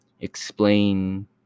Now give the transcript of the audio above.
explain